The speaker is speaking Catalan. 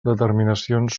determinacions